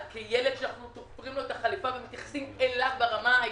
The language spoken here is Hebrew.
כילד שתופרים לו את החליפה ומתייחסים אליו ברמה האישית,